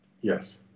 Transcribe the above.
Yes